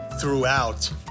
throughout